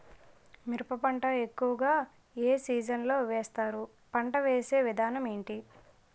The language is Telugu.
మిరప పంట ఎక్కువుగా ఏ సీజన్ లో వేస్తారు? పంట వేసే విధానం ఎంటి?